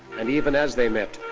and even as they met,